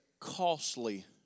costly